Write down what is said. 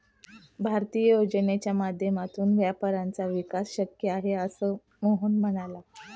भारतीय योजनांच्या माध्यमातूनच व्यापाऱ्यांचा विकास शक्य आहे, असे मोहन म्हणाला